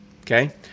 Okay